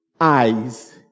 eyes